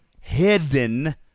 hidden